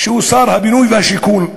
שהוא שר הבינוי והשיכון,